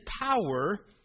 power